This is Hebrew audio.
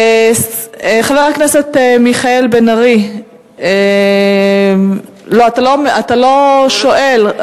חבר הכנסת מיכאל בן-ארי, אתה לא שואל.